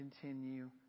continue